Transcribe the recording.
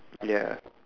ya